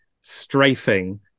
strafing